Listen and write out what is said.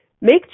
make